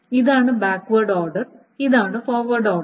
ഇതാണ് backward order ഇതാണ് forward order